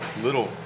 little